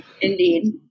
Indeed